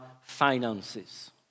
finances